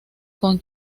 con